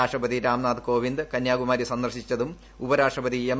രാഷ്ട്രപതി രാംനാഥ് കോവിന്ദ് കന്യാകുമാരി സന്ദർശിച്ചതും ഉപരാഷ്ട്രപതി എം